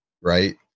Right